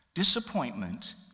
Disappointment